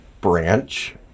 branch